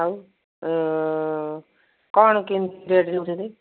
ଆଉ କ'ଣ କେମିତି ରେଟ୍ ନେଉଛନ୍ତି